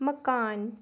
मकान